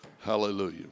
Hallelujah